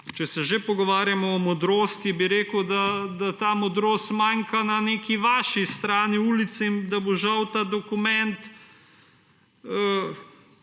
Če se že pogovarjamo o modrosti, bi rekel, da ta modrost manjka na vaši strani ulice in da bo žal ta dokument,